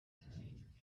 bank